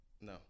No